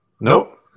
Nope